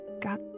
got